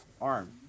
arm